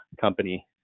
company